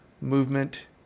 movement